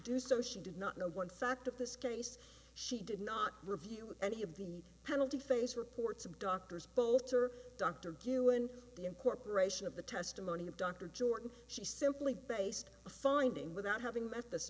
do so she did not know one fact of this case she did not review any of the penalty phase reports of doctors both her doctor give you and the incorporation of the testimony of dr jordan she simply based a finding without having me